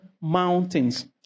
mountains